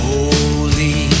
Holy